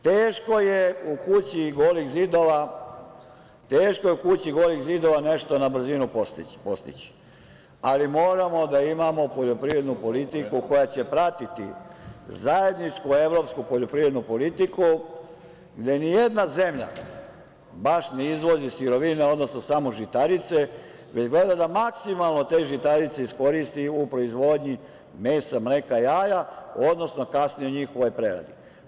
Teško je u kući golih zidova nešto na brzinu postići, ali moramo da imamo poljoprivrednu politiku koja će pratiti zajedničku evropsku poljoprivrednu politiku gde ni jedna zemlja baš ne izvozi sirovine, odnosno samo žitarice, već gleda da maksimalno te žitarice iskoristi u proizvodnji mesa, mleka, jaja, odnosno kasnije njihovoj preradi.